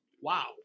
Wow